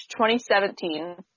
2017